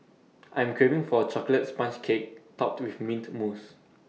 I'm craving for A Chocolate Sponge Cake Topped with Mint Mousse